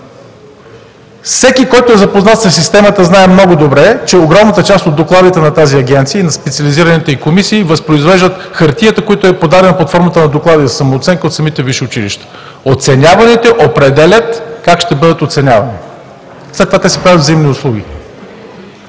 Всеки, който е запознат със системата, знае много добре, че огромната част от докладите на тази агенция и на специализираните ѝ комисии възпроизвеждат хартията, която е подадена под формата на доклади за самооценка от самите висши училища. Оценяваните определят как ще бъдат оценявани. След това те си правят взаимни услуги.